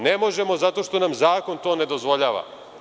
Ne možemo zato što nam zakon to ne dozvoljava.